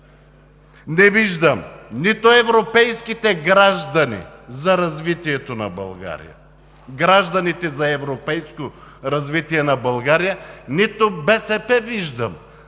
Не виждам нито европейските граждани за развитието на България – гражданите за европейско развитие на България, нито БСП виждам